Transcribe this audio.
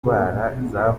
ndwara